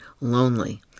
lonely